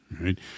right